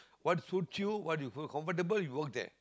what suit you what you feel comfortable you work there